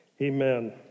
Amen